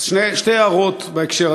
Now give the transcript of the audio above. אז, שתי הערות בהקשר הזה.